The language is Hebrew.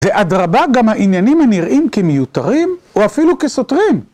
ואדרבה גם העניינים הנראים כמיותרים, או אפילו כסותרים.